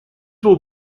will